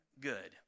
good